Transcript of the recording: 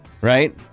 Right